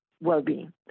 well-being